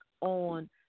on